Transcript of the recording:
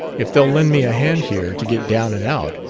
if they'll lend me a hand here, to get down and out,